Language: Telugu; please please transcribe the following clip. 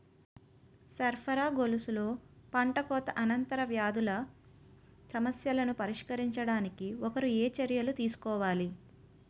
సరఫరా గొలుసులో పంటకోత అనంతర వ్యాధుల సమస్యలను పరిష్కరించడానికి ఒకరు ఏ చర్యలు తీసుకోవాలి?